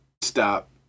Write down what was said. stop